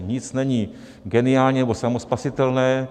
Nic není geniální nebo samospasitelné.